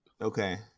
Okay